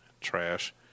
Trash